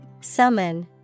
summon